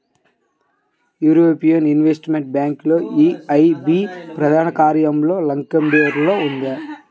European investment bank EIB ప్రధాన కార్యాలయం లక్సెంబర్గ్లో ఉంది